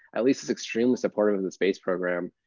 at least extremely supportive of the space program.